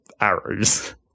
arrows